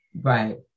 Right